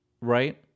Right